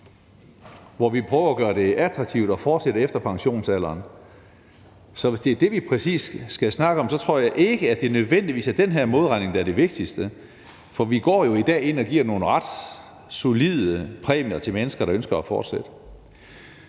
hvor vi prøver at gøre det attraktivt at fortsætte efter pensionsalderen, så hvis det præcis er det, vi skal snakke om, tror jeg ikke, det nødvendigvis er den her modregning, der er det vigtigste, for vi går jo i dag ind og giver nogle ret solide præmier til mennesker, der ønsker at fortsætte.